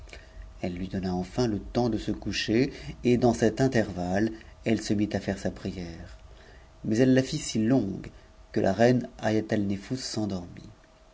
elle lui donna enfin le temps de se onchpr et dans cet intervalle elle se mit à faire sa prière mais elle t t si longue que la reine haïatalnefous s'endormit